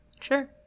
Sure